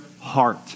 heart